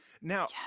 Now